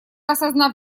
осознав